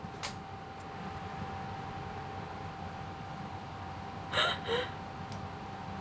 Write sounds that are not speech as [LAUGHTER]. [LAUGHS]